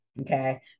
okay